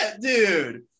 dude